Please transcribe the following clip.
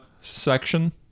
section